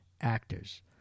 actors